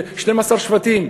12 שבטים.